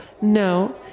no